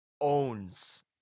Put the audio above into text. Owns